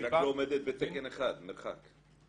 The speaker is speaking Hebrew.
היא רק לא עומדת בתקן אחד, מרחק.